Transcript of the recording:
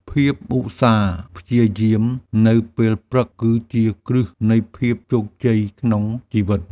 ភាពឧស្សាហ៍ព្យាយាមនៅពេលព្រឹក គឺជាគ្រឹះនៃភាពជោគជ័យក្នុងជីវិត។